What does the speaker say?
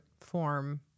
form